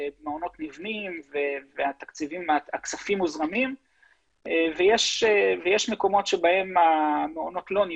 שמעונות נבנים והתקציבים מוזרמים ויש מקומות שהמעונות לא נבנים,